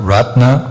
Ratna